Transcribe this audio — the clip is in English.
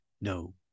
no